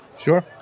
sure